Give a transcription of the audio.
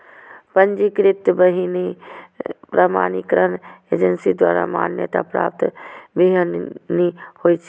पंजीकृत बीहनि प्रमाणीकरण एजेंसी द्वारा मान्यता प्राप्त बीहनि होइ छै